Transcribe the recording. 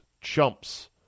chumps